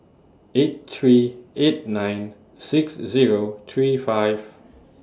eight three eight nine six Zero three five